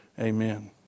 Amen